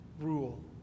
rule